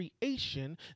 creation